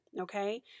okay